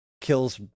kills